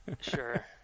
Sure